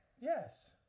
Yes